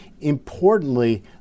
Importantly